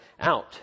out